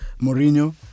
Mourinho